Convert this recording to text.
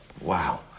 Wow